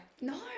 no